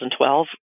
2012